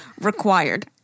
required